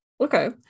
Okay